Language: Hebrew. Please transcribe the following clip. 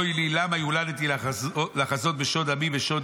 אוי לי למה יולדתי לחזות בשוד עמי ושוד